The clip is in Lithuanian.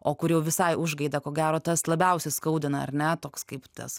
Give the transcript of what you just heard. o kur jau visai užgaida ko gero tas labiausiai skaudina ar ne toks kaip tas